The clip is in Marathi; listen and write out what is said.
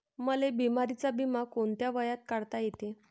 मले बिमारीचा बिमा कोंत्या वयात काढता येते?